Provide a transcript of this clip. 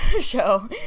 show